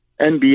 NBA